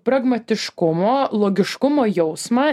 pragmatiškumo logiškumo jausmą